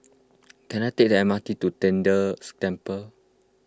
can I take the M R T to Tian De Temple